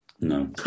No